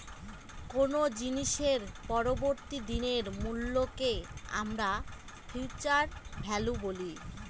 কোনো জিনিসের পরবর্তী দিনের মূল্যকে আমরা ফিউচার ভ্যালু বলি